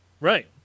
right